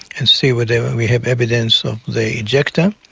and see whether we have evidence of the ejector,